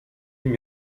nim